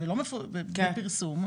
בלי פרסום,